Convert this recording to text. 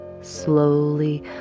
slowly